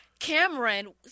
Cameron